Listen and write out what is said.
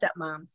stepmoms